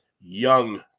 young